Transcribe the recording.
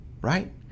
right